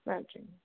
thank you